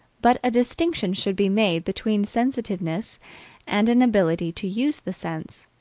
but a distinction should be made between sensitiveness and an ability to use the sense,